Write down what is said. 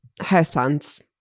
houseplants